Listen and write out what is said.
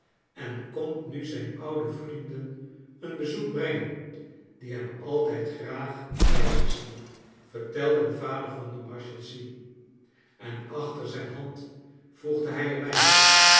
en komt nu zijn oude vrienden een bezoek brengen die hem altijd graag bij zich zien vertelde de vader van de marshalsea en achter zijn hand vo'egde hij er